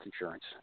insurance